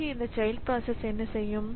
பிறகு இந்த child process என்ன செய்யும்